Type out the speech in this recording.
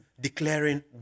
declaring